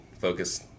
focus